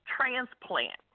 transplant